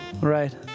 Right